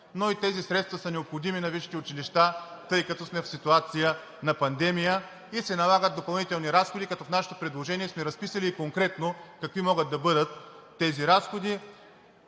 но и тези средства са необходими на висшите училища, тъй като сме в ситуация на пандемия и се налагат допълнителни разходи, като в нашето предложение сме разписали конкретно какви могат да бъдат тези разходи.